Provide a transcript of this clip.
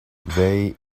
they